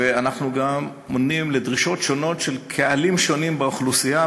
ואנחנו גם עונים לדרישות שונות של קהלים שונים באוכלוסייה,